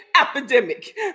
epidemic